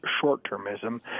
short-termism